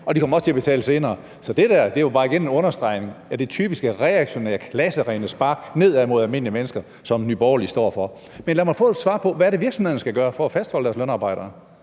og de kommer også til at betale senere. Så det der er jo bare igen en understregning af det typiske reaktionære klasserene spark nedad mod almindelige mennesker, som Nye Borgerlige står for. Men lad mig få et svar på, hvad det er, virksomhederne skal gøre for at fastholde deres lønarbejdere.